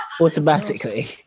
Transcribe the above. Automatically